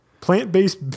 plant-based